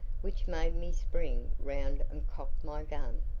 which made me spring round and cock my gun.